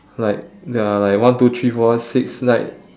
like there are like one two three four six like